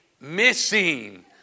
missing